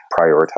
prioritize